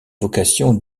vocations